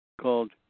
called